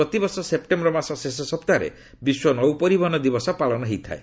ପ୍ରତିବର୍ଷ ସେପ୍ଟେମ୍ବର ମାସ ଶେଷ ସପ୍ତାହରେ ବିଶ୍ୱ ନୌପରିବହନ ଦିବସ ପାଳନ ହୋଇଥାଏ